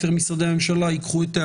שאותו "סגר נושם" מביא בסופו דבר לכך